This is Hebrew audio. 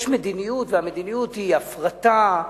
יש מדיניות, והמדיניות היא הפרטה,